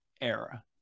era